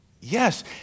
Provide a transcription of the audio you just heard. Yes